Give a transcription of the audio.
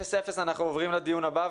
ב-12:00 אנחנו עוברים לדיון הבא,